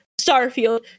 Starfield